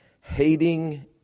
Hating